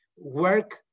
work